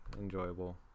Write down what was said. enjoyable